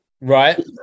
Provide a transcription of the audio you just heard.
right